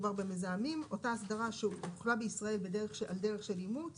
אותה אסדרה שהוחלה בישראל על דרך של אימוץ